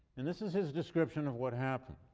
and this is his description of what happened.